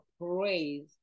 praise